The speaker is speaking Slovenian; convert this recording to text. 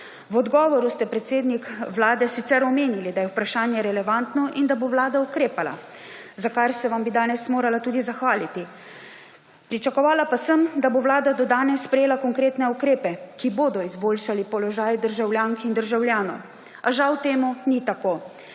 V odgovoru ste, predsednik Vlade, sicer omenili, da je vprašanje relevantno in da bo vlada ukrepala, za kar bi se vam danes morala tudi zahvaliti. Pričakovala pa sem, da bo vlada do danes sprejela konkretne ukrepe, ki bodo izboljšali položaj državljank in državljanov; a žal temu ni tako.